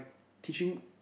teaching